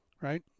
right